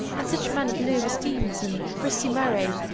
and such men at louis stevenson, christie murray,